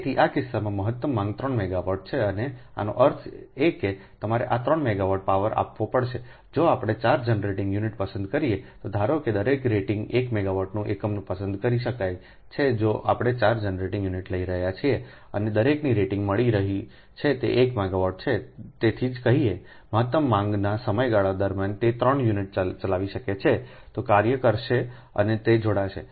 તેથી આ કિસ્સામાં મહત્તમ માંગ 3 મેગાવાટ છે અનેઆનો અર્થ એ કે તમારે આ 3 મેગાવોટ પાવર આપવો પડશે જો આપણે 4 જનરેટિંગ યુનિટ પસંદ કરીએ તો ધારો કે દરેક રેટિંગ 1 મેગાવાટની એકમો પસંદ કરી શકાય છે જો આપણે 4 જનરેટિંગ યુનિટ લઈ રહ્યા છીએ અને દરેકને રેટિંગ મળી રહી છે તે 1 મેગાવાટ છે તેથી જ કહીએ મહત્તમ માંગના સમયગાળા દરમિયાન તે 3 યુનિટ ચલાવી શકે છે તે કાર્ય કરશે અને તે જોડાશે